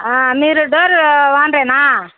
మీరు డోరూ ఓన్రేనా